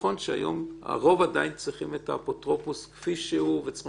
נכון שהיום הרוב עדין צריכים את האפוטרופוס כפי שהוא וצריכים